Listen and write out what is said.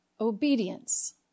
obedience